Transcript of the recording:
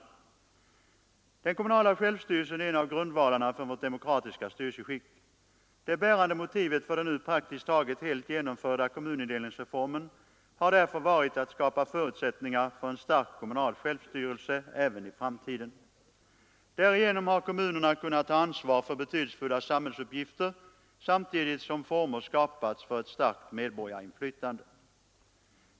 Den kommunala självstyrelsen är en av grundvalarna för vårt demokratiska styrelseskick. Det bärande motivet för den nu praktiskt taget helt genomförda kommunindelningsreformen har därför varit att skapa förutsättningar för en stark kommunal självstyrelse även i framtiden. Därigenom har kommunerna kunnat ta ansvar för betydelsefulla samhällsuppgifter samtidigt som former skapats för ett starkt medborgarinflytande.